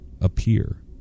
appear